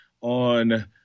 on